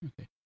Okay